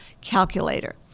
calculator